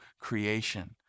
creation